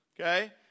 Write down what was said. okay